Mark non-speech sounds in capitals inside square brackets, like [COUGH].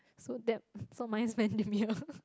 so that so mine is Bendemeer [LAUGHS]